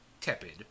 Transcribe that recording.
tepid